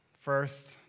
first